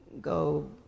go